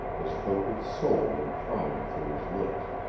as though his soul were crying through his lips.